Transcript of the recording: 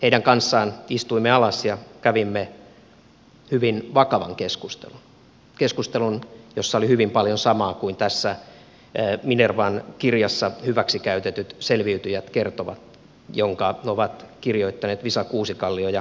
heidän kanssaan istuimme alas ja kävimme hyvin vakavan keskustelun keskustelun jossa oli hyvin paljon samaa kuin tässä minervan kirjassa hyväksikäytetyt selviytyjät kertovat jonka ovat kirjoittaneet visa kuusikallio ja katri kuusikallio